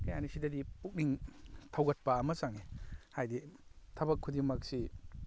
ꯀꯩ ꯍꯥꯏꯅꯤ ꯁꯤꯗꯗꯤ ꯄꯨꯛꯅꯤꯡ ꯊꯧꯒꯠꯄ ꯑꯃ ꯆꯪꯏ ꯍꯥꯏꯗꯤ ꯊꯕꯛ ꯈꯨꯗꯤꯡꯃꯛꯁꯤ